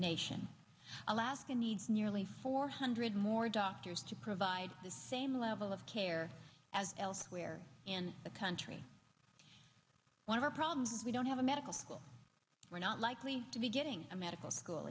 nation alaska needs nearly four hundred more doctors to provide the same level of care as elsewhere in the country one of our problems is we don't have a medical school we're not likely to be getting a medical school